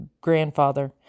Grandfather